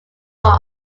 costs